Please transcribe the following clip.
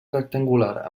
rectangular